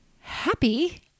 happy